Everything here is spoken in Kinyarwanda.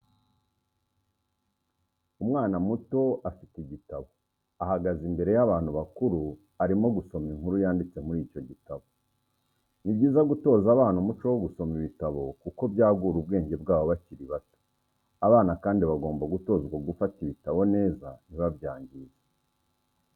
Umwana muto afite igitabo ahagaze imbere y'abantu bakuru arimo gusoma inkuru yanditse muri icyo gitabo. Ni byiza gutoza abana umuco wo gusoma ibitabo kuko byagura ubwenge bwabo bakiri bato, abana kandi bagomba gutozwa gufata ibitabo neza ntibabyangize.